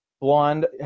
Blonde